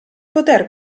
poter